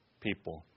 people